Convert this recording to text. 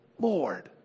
Lord